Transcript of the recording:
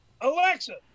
Alexa